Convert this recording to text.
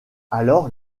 alors